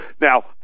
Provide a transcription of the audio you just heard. Now